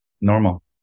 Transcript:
normal